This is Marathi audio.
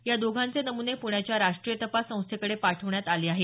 या दोघांचे नमूने पूण्याच्या राष्ट्रीय तपास संस्थेकडे पाठवण्यात आले आहेत